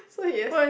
so he